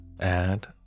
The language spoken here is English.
add